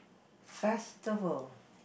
festival